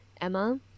Emma